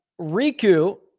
Riku